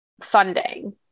funding